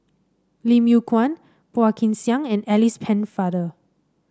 Lim Yew Kuan Phua Kin Siang and Alice Pennefather